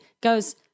goes